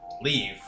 Leave